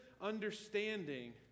understanding